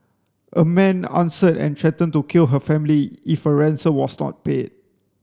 a man answered and threatened to kill her family if a ransom was not paid